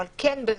אבל כן בראייה